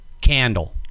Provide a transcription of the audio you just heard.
candle